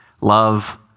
love